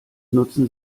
nutzen